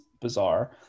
Bizarre